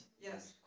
Yes